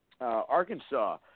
arkansas